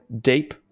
deep